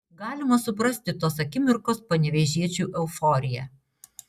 galima suprasti tos akimirkos panevėžiečių euforiją